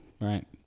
right